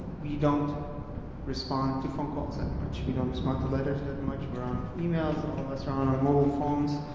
we don't respond to phone calls that much. we don't respond to letters that much. we're on emails all of us are on our mobile phones.